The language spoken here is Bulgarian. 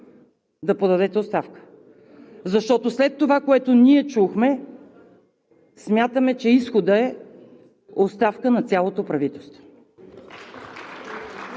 да подадете оставка, защото след това, което чухме, смятаме, че изходът е оставка на цялото правителство.